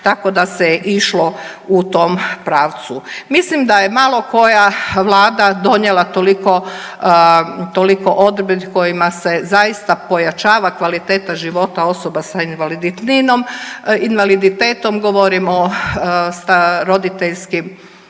tako da se išlo u tom pravcu. Mislim da je malo koja Vlada donijela toliko odredbi kojima se zaista pojačava kvaliteta života osoba sa invaliditetom. Govorim o roditeljskim,